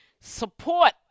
Support